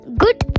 good